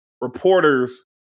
reporters